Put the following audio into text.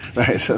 right